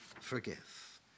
forgive